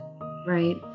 Right